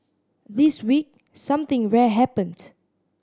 this week something rare happened